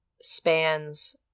spans